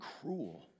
cruel